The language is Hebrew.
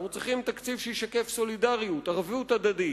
אנחנו צריכים תקציב שישקף סולידריות, ערבות הדדית,